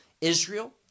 Israel